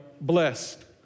blessed